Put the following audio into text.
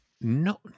No